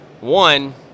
one